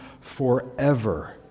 forever